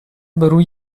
беру